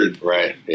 Right